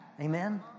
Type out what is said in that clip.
Amen